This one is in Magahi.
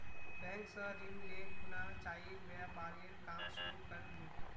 बैंक स ऋण ले खुना चाइर व्यापारेर काम शुरू कर मु